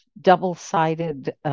double-sided